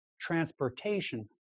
transportation